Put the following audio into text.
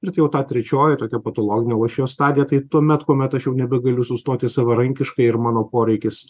ir jau ta trečioji tokio patologinio lošėjo stadija tai tuomet kuomet aš jau nebegaliu sustoti savarankiškai ir mano poreikis